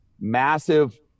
massive